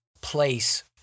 place